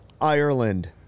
Ireland